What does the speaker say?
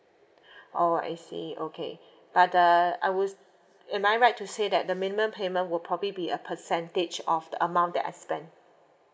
oh I see okay but uh I was am I right to say that the minimum payment will probably be a percentage of the amount that I spend